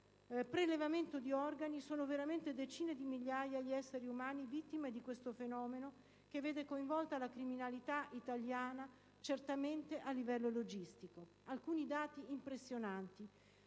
prelevamento di organi) sono veramente decine di migliaia gli esseri umani vittime di questo fenomeno che vede coinvolta ampiamente la criminalità italiana certamente a livello logistico. Alcuni dati impressionanti